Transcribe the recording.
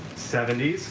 seventy s,